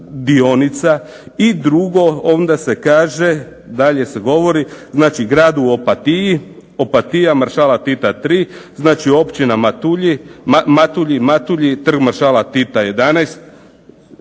dionica. I drugo, onda se kaže, dalje se govori. Znači gradu Opatiji, Opatija - Maršala Tita 3, znači općina Matulji, Matulji - Trg maršala Tita 11.